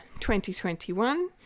2021